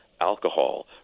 alcohol